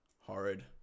horrid